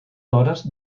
hores